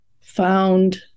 found